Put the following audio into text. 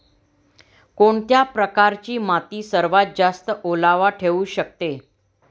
कोणत्या प्रकारची माती सर्वात जास्त ओलावा ठेवू शकते?